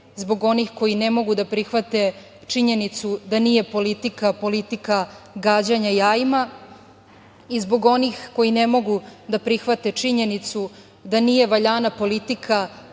zbog onih koji ne mogu da prihvate činjenicu da nije politika, politika gađanja jajima i zbog onih koji ne mogu da prihvate činjenicu da nije valjana politika,